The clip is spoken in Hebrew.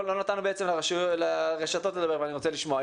לא נתנו לרשתות לדבר ואני רוצה לשמוע.